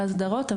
בהסדרות,